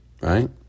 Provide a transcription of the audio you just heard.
Right